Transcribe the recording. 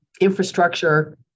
infrastructure